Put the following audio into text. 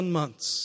months